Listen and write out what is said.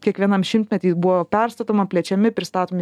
kiekvienam šimtmety ji buvo perstatoma plečiami pristatomi